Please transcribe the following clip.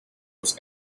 was